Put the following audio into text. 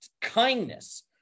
kindness